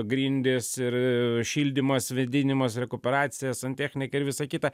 grindys ir šildymas vėdinimas rekuperacija santechnika ir visa kita